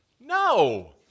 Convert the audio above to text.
No